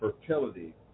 fertility